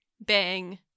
bang